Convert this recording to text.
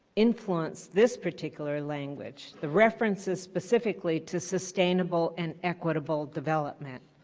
influence this particular language. the reference is specifically's to sustainable and equitable development.